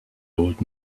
old